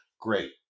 Great